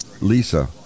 Lisa